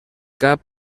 cap